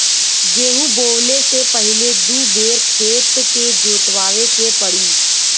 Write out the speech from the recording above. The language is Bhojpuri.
गेंहू बोवले से पहिले दू बेर खेत के जोतवाए के पड़ी